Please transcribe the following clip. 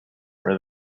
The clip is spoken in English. were